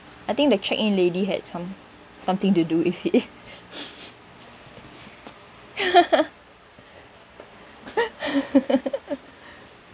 I think the check in lady had some something to do with it